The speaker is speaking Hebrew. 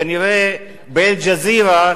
כנראה ב"אל-ג'זירה",